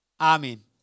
Amen